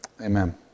Amen